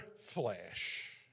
flesh